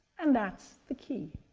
and that's the key.